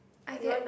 I get